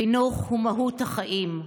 חינוך הוא מהות החיים.